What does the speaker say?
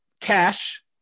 cash